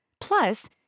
Plus